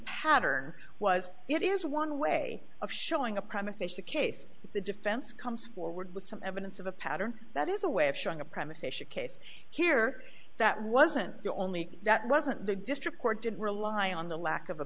pattern was it is one way of showing a crime official case the defense comes forward with some evidence of a pattern that is a way of showing a premis aisha case here that wasn't the only that wasn't the district court didn't rely on the lack of a